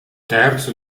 terzo